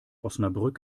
osnabrück